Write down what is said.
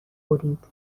برید